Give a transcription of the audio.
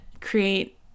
create